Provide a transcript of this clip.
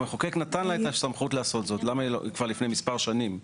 המחוקק נתן לה הסמכות לעשות זאת כבר לפני כמה שנים.